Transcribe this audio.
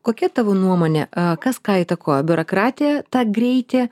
kokia tavo nuomonė kas ką įtakoja biurokratija tą greitį